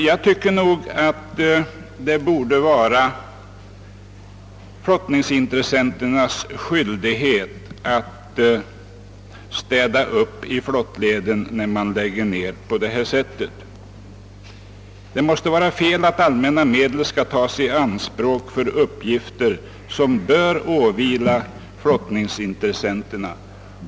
Jag tycker nog att det borde vara flottningsintressenternas skyldighet att städa upp i flottleden när man lägger ned flottningen på detta sätt. Det måste vara fel att allmänna medel skall tas i anspråk för uppgifter som bör åvila flottningsintressenterna.